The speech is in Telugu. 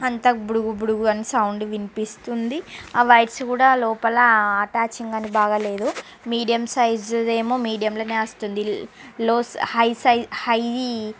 అంతా బుడుగు బుడుగు అని సౌండ్ వినిపిస్తుంది ఆ వైర్స్ కూడా లోపల అటాచ్చింగ్ అది బాగలేదు మీడియం సైజ్ది ఏమో మీడియంలో వస్తుంది లో హై సై హై